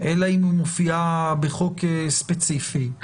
אלא היא מופיעה בחוק ספציפי.